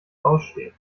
ausstehen